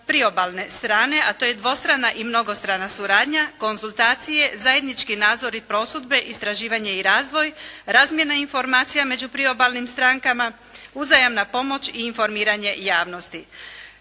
priobalne strane a to je dvostrana i mnogostrana suradnja, konzultacije, zajednički nadzor i prosudbe, istraživanje i razvoj, razmjena informacija među priobalnim strankama, uzajamna pomoć i informiranje javnosti.